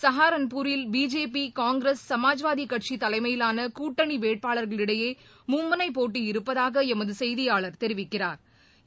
சஹரான்பூரில் BJP Congress Samajwadi கட்சி தலைமையிலான கூட்டணி வேட்பாளா்களிடையே மும்முனைப் போட்டி இருப்பதாக எமது செய்தியாளா் தெரிவிக்கிறாா்